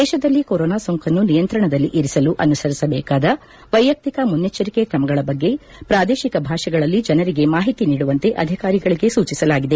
ದೇಶದಲ್ಲಿ ಕೊರೊನಾ ಸೋಂಕನ್ನು ನಿಯಂತ್ರಣದಲ್ಲಿ ಇರಿಸಲು ಅನುಸರಿಸಬೇಕಾದ ವೈಯಕ್ತಿಕ ಮುನ್ನೆಚ್ಗರಿಕೆ ತ್ರಮಗಳ ಬಗ್ಗೆ ಪ್ರಾದೇಶಿಕ ಭಾಷೆಗಳಲ್ಲಿ ಜನರಿಗೆ ಮಾಹಿತಿ ನೀಡುವಂತೆ ಅಧಿಕಾರಿಗಳಗೆ ಸೂಚಿಸಲಾಗಿದೆ